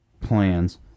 plans